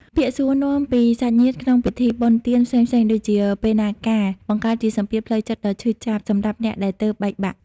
ពាក្យសួរនាំពីសាច់ញាតិក្នុងពិធីបុណ្យទានផ្សេងៗ ដូចជា "ពេលណាការ?" បង្កើតជាសម្ពាធផ្លូវចិត្តដ៏ឈឺចាប់សម្រាប់អ្នកដែលទើបបែកបាក់។